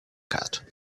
card